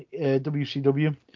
WCW